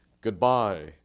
goodbye